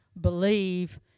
believe